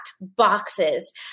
boxes